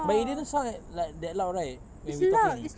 but it didn't sound like like that loud right when we talking